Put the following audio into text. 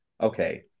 okay